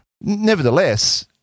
Nevertheless